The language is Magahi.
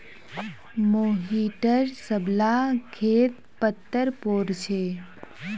मोहिटर सब ला खेत पत्तर पोर छे